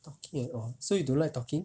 okay orh so you don't like talking